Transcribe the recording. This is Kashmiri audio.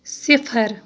صِفر